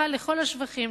זכה לכל השבחים,